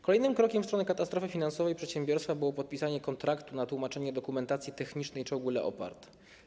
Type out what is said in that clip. Kolejnym krokiem w stronę katastrofy finansowej przedsiębiorstwa było podpisanie kontraktu na tłumaczenie dokumentacji technicznej czołgu Leopard.